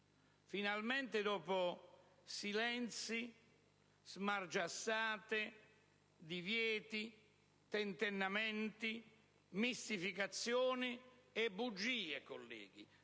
Finalmente, dopo silenzi, smargiassate, divieti, tentennamenti, mistificazioni e bugie - colleghi,